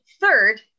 third